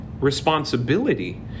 responsibility